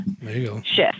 shift